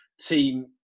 team